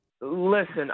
Listen